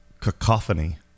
cacophony